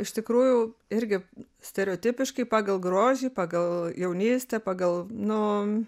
iš tikrųjų irgi stereotipiškai pagal grožį pagal jaunystę pagal nu